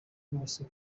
bose